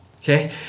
okay